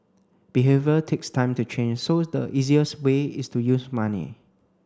behaviour takes time to change so the easiest way is to use money